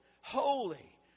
Holy